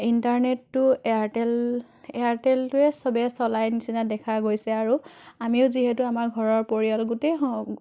ইণ্টাৰনেটটো এয়াৰটেল এয়াৰটেলটোৱে চবে চলায় নিচিনা দেখা গৈছে আৰু আমিও যিহেতু আমাৰ পৰিয়াল গোটেই